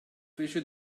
fece